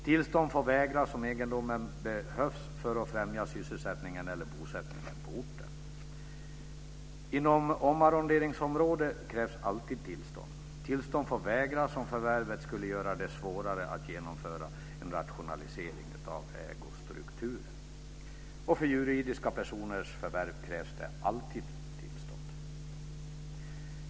Tillstånd får vägras om egendomen behövs för att främja sysselsättningen eller bosättningen på orten. Inom omarronderingsområde krävs alltid tillstånd. Tillstånd får vägras om förvärvet skulle göra det svårare att genomföra en rationalisering av ägostrukturen. För juridiska personers förvärv krävs alltid tillstånd.